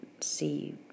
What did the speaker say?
see